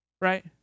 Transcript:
right